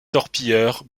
torpilleurs